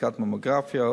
בדיקת ממוגרפיה,